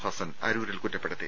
ഹസ്സൻ അരൂരിൽ കുറ്റപ്പെടുത്തി